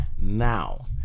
Now